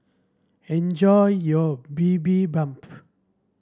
enjoy your Bibimbap